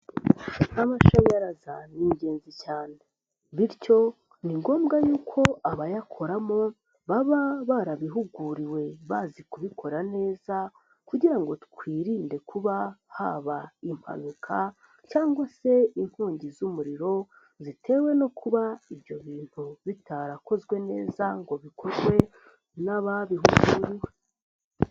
Amashanyaraza ni ingenzi cyane bityo ni ngombwa yuko abayakoramo baba barabihuguriwe bazi kubikora neza kugira ngo twirinde kuba haba impanuka cyangwa se inkongi z'umuriro zitewe no kuba ibyo bintu bitarakozwe neza ngo bikorwe n'ababihuguriwe.